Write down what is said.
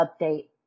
update